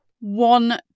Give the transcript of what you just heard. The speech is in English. one